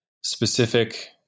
specific